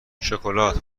شکلات